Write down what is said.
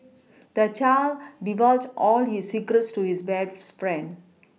the child divulged all his secrets to his best friend